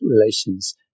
relations